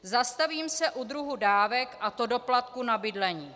Zastavím se u druhu dávek, a to doplatku na bydlení.